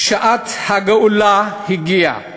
שעת הגאולה הגיעה.